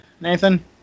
Nathan